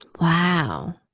Wow